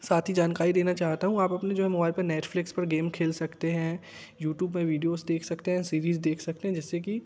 साथ ही जानकारी देना चाहता हूँ आप अपने जो है मोबाइल पर नेटफिलिक्स पर गेम खेल सकते हैं यूटूब में वीडियोज़ देख सकते हैं सीरीज़ देख सकते हैं जिससे कि